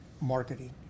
marketing